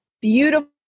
beautiful